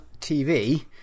TV